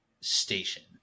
station